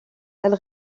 elle